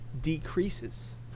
decreases